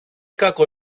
κακό